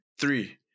Three